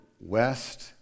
west